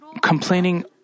complaining